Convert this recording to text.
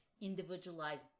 individualized